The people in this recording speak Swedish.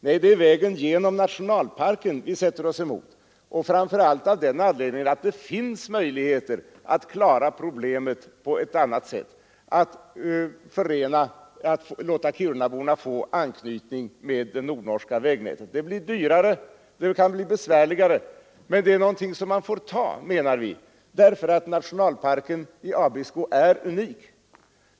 Nej, det är vägen genom nationalparken vi sätter oss emot, framför allt av den anledningen att det finns möjligheter att klara problemet att låta kirunaborna få anknytning med det nordnorska vägnätet på ett annat sätt. Det blir dyrare och det kan bli besvärligare, men det är någonting som man får ta, menar vi, därför att nationalparken i Abisko är unik.